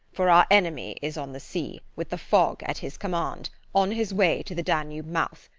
for our enemy is on the sea, with the fog at his command, on his way to the danube mouth.